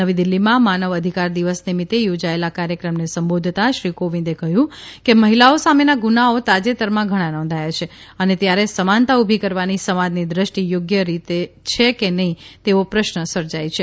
નવી દીલ્હીમાં માનવ અધિકાર દિવસ નિમિત્તે યોજાયેલા કાર્યક્રમને સંબોધતાં શ્રી કોવિંદે કહ્યું કે મહિલાઓ સામેના ગુનાઓ તાજેતરમાં ઘણા નોંધાયા છે અને ત્યારે સમાનતા ઉભી કરવાની સમાજની દષ્ટિ યોગ્ય રીત છે કે નહીં તેવો પ્રશ્ન સર્જાય છે